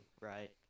right